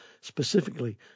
specifically